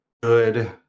good